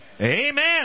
Amen